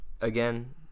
Again